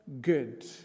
good